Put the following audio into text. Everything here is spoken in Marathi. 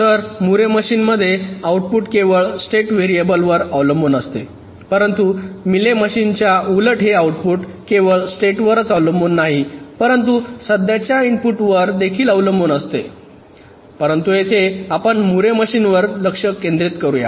तर मुरे मशीनमध्ये आउटपुट केवळ स्टेट व्हॅरिएबल वर अवलंबून असते परंतु मेली मशीनच्या उलट हे आउटपुट केवळ स्टेट वरच अवलंबून नाही परंतु सध्याच्या इनपुटवर देखील अवलंबून असते परंतु येथे आपण मुरे मशीनवर लक्ष केंद्रित करू या